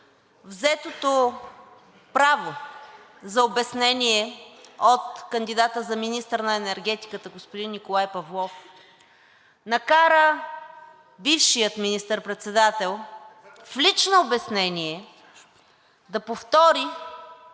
взетото право за обяснение от кандидата за министър на енергетиката господин Николай Павлов накара бившия министър-председател в лично обяснение да повтори